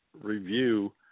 review